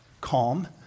calm